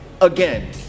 again